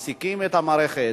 מעסיקים את המערכת,